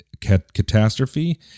catastrophe